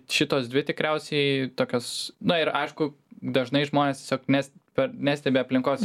šitos dvi tikriausiai tokios na ir aišku dažnai žmonės tiesiog nes per nestebi aplinkos